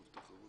בתקנה 4(ג),